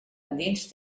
endins